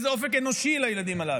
איזה אופק אנושי לילדים הללו?